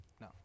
No